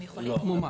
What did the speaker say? לא.